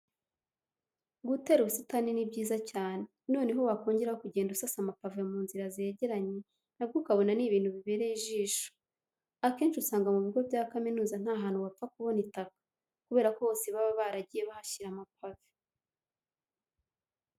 Gutera ubusitani ni byiza cyane, noneho wakongeraho kugenda usasa amapave mu nzira zegeranye na bwo ukabona ni ibintu bibereye ijisho. Akenshi usanga mu bigo bya kaminuza nta hantu wapfa kubona itaka kubera ko hose baba baragiye bahashyira amapave.